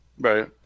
Right